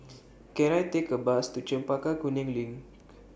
Can I Take A Bus to Chempaka Kuning LINK